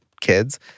kids